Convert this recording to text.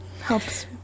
Helps